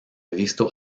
visto